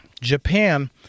Japan